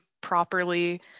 properly